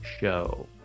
show